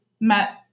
met